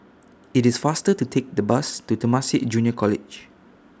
IT IS faster to Take The Bus to Temasek Junior College